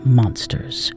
monsters